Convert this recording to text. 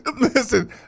listen